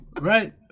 Right